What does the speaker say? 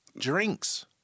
Drinks